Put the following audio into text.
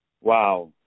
Wow